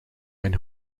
mijn